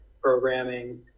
programming